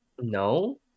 No